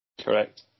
Correct